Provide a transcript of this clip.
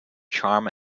charm